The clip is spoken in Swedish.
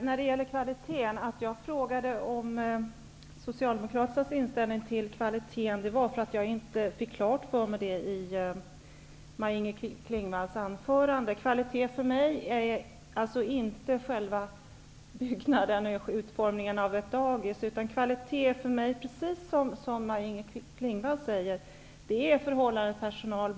Herr talman! Jag frågade om Socialdemokraternas inställning till kvalitet, eftersom jag inte fick det klargjort för mig i Maj Inger Klingvalls anförande. Kvalitet för mig är inte själva utformningen av byggnaden, dvs. dagiset. Kvalitet för mig är precis vad Maj-Inger Klingvall säger, nämligen förhållandet personalbarn.